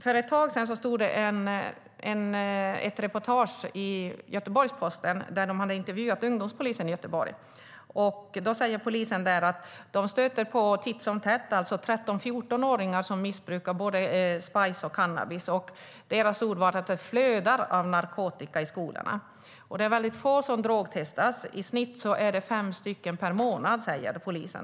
För ett tag sedan fanns det ett reportage i Göteborgs-Posten där man hade intervjuat ungdomspolisen i Göteborg. Polisen säger att de titt som tätt stöter på 13-14-åringar som missbrukar både spice och cannabis. Deras ord var: Det flödar av narkotika i skolorna. Det är få som drogtestas. Polisen säger att det i snitt är fem stycken per månad.